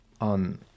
on